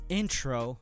intro